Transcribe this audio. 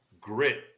grit